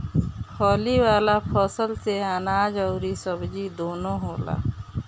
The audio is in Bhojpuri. फली वाला फसल से अनाज अउरी सब्जी दूनो होला